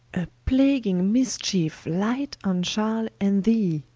a plaguing mischeefe light on charles, and thee,